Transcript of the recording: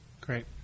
Great